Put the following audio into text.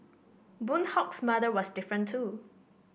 Boon Hock's mother was different too